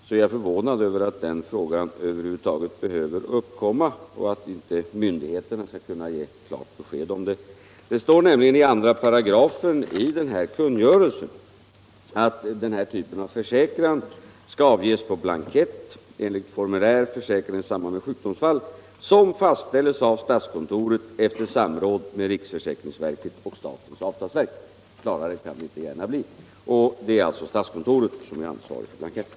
Jag är förvånad över att den frågan över huvud taget behöver ställas här och att inte myndigheterna kan ge klart besked om det. Det skall avges på blankett enligt formulär Försäkran i samband med sjukdomsfall som fastställs av statskontoret efter samråd med riksförsäkringsverket och statens avtalsverk, Klarare kan det inte gärna bli. Det är alltså statskontoret som är ansvarigt för blanketten.